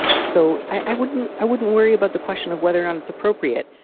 so i wouldn't i wouldn't worry about the question of whether or not it's appropriate.